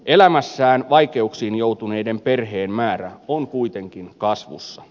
elämässään vaikeuksiin joutuneiden perheiden määrä on kuitenkin kasvussa